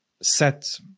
set